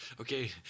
Okay